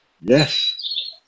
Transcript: yes